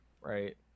right